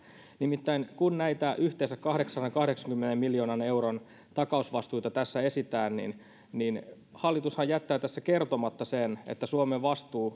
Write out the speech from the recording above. nimittäin kun näitä yhteensä kahdeksansadankahdeksankymmenen miljoonan euron takausvastuita tässä esitetään niin hallitushan jättää tässä kertomatta että suomen vastuu